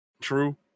True